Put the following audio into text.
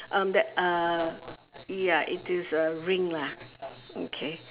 um that uh ya it is a ring lah okay